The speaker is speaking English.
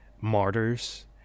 martyrs